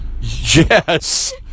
Yes